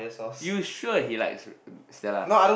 you sure he likes Stellar